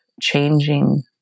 changing